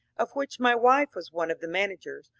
of which my wife was one of the managers,